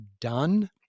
done